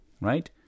right